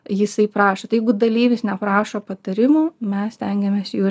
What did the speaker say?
jisai prašo tai jeigu dalyvis neprašo patarimų mes stengiamės jų ir